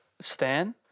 Stan